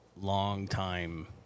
longtime